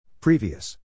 Previous